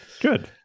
Good